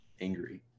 angry